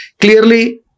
Clearly